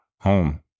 home